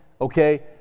okay